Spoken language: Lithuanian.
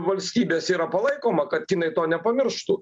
valstybės yra palaikoma kad kinai to nepamirštų